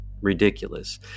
ridiculous